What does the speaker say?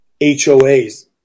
HOAs